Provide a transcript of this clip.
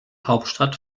hauptstadt